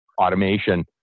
automation